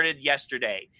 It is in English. yesterday